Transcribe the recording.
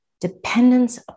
dependence